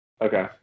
Okay